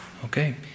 Okay